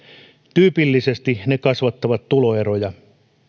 tyypillisesti ne kasvattavat tuloeroja